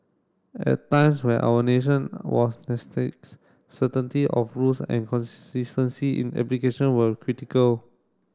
at times where our nation was certainty of rules and consistency in application were critical